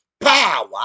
Power